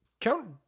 count